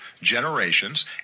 generations